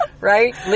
Right